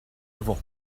avant